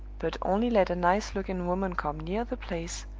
but only let a nice-looking woman come near the place,